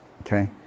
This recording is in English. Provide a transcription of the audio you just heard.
okay